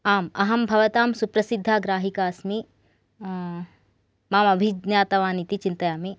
आम् अहं भवतां सुप्रसिद्धा ग्राहिका अस्मि माम् अभिज्ञातवान् इति चिन्तयामि